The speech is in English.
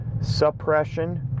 suppression